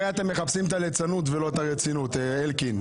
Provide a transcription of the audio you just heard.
הרי אתם מחפשים את הליצנות ולא את הרצינות, אלקין.